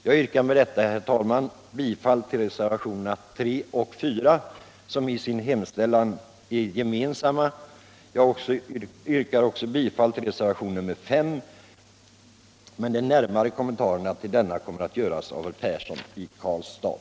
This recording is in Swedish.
Jag yrkar med detta, herr talman, bifall till reservationerna 3 och 4, som i sin hemställan är gemensamma. Jag yrkar också bifall till reservationen 5, men de närmare kommentarerna till denna reservation kommer att göras av herr Persson i Karlstad.